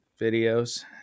videos